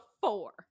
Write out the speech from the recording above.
four